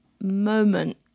moment